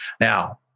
Now